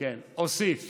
אוסיף